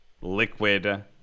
Liquid